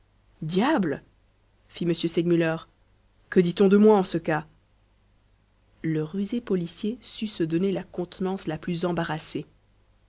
diable fit m segmuller que dit-on de moi en ce cas le rusé policier sut se donner la contenance la plus embarrassée